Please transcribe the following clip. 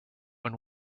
when